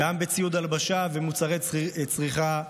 גם בציוד הלבשה ומוצרי צריכה בסיסיים.